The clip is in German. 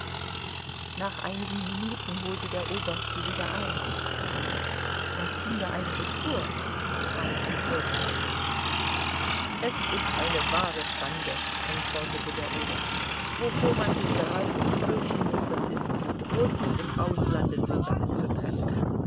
nach einigen minuten holte der oberst sie wieder ein was ging da eigentlich vor fragte die fürstin es ist eine wahre schande antwortete der oberst wovor man sich geradezu fürchten muß das ist mit russen im auslande zusammenzutreffen